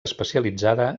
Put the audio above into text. especialitzada